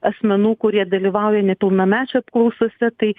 asmenų kurie dalyvauja nepilnamečių apklausose tai